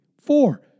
four